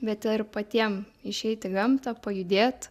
bet ir patiem išeit į gamtą pajudėt